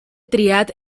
triat